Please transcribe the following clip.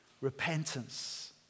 repentance